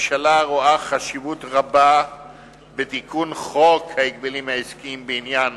הממשלה רואה חשיבות רבה בתיקון חוק ההגבלים העסקיים בעניין